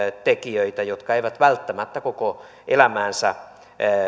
tekijöitä jotka eivät välttämättä koko elämäänsä